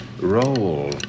Roll